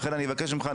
לכן אני מבקש ממך,